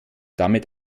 damit